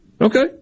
Okay